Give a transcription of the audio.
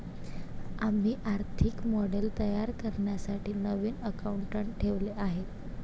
आम्ही आर्थिक मॉडेल तयार करण्यासाठी नवीन अकाउंटंट ठेवले आहे